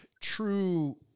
true